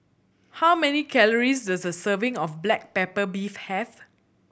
how many calories does a serving of black pepper beef have